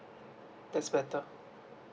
that's better